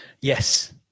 Yes